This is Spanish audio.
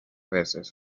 veces